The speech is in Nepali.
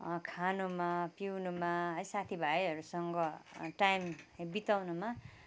खानुमा पिउनुमा है साथी भाइहरूसँग टाइम बिताउनुमा